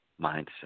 mindset